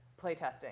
playtesting